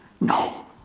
No